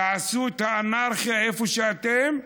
תעשו את האנרכיה איפה שאתם,